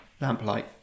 Lamplight